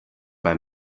bei